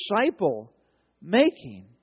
disciple-making